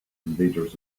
invaders